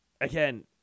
Again